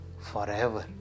forever